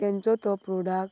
तेंचो तो प्रोडाक्ट